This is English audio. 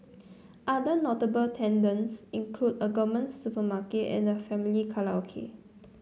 other notable tenants include a gourmet supermarket and family karaoke